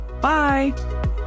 Bye